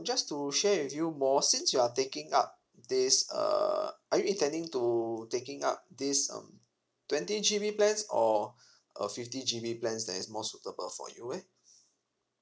just to share with you more since you're taking up this uh are you intending to taking up this um twenty G B plans or a fifty G B plans that is more suitable for you eh